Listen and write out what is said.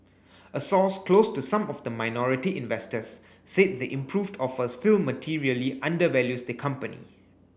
a source close to some of the minority investors said the improved offer still materially undervalues the company